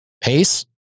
Pace